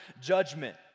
judgment